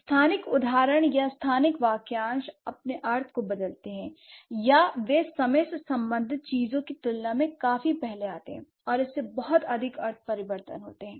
स्थानिक उदाहरण या स्थानिक वाक्यांश अपने अर्थ को बदलते हैं या वे समय से संबंधित चीजों की तुलना में काफी पहले आते हैं और इससे बहुत अधिक अर्थ परिवर्तन होते हैं